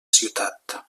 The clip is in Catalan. ciutat